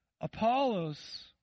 Apollos